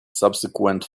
subsequent